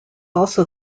also